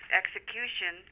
execution